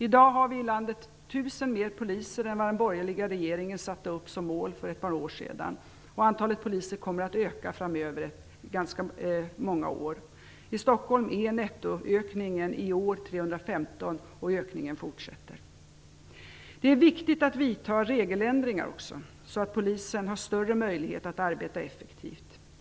I dag har vi i landet 1 000 fler poliser än vad den borgerliga regeringen satte upp som mål för ett par år sedan. Antalet poliser kommer att öka framöver - det gäller under ganska många år. I Stockholm är nettoökningen i år 315, och ökningen fortsätter. Det är också viktigt att vidta regeländringar, så att polisen har större möjligheter att arbeta effektivt.